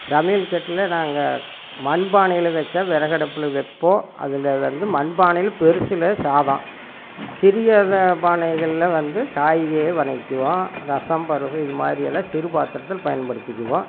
சமையல்கட்டில நாங்கள் மண்பானையில் வச்சால் விறகடுப்புல வைப்போம் அதில் வந்து மண்பானையில் பெருசுல சாதம் சிறிய இந்த பானைகளில் வந்து காய்கறியை வணங்கிக்குவோம் ரசம் பருப்பு இது மாதிரியெல்லாம் சிறு பாத்திரத்தில் பயன்படுத்திக்குவோம்